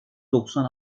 doksan